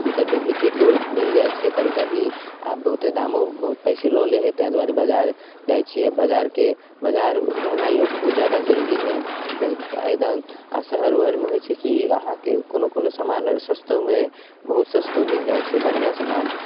ओतऽ डुप्लिकेटो मिलि जाइ छै कभी कभी आओर बहुते दामो बहुत पइसे लऽ लै हइ तेँ दुआरे बाजार जाइ छिए बाजारके बाजार रहनाइओ बहुत जादा जरूरी हइ नज एकदम आओर शहर उहरमे होइ छै कि अहाँके कोनो कोनो सामान सस्तोमे बहुत सस्तोमे मिलि जाइ छै बढ़िआँ सामान